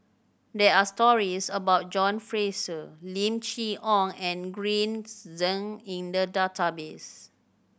there are stories about John Fraser Lim Chee Onn and Green Zeng in the database